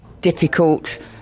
difficult